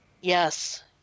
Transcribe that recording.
yes